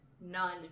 none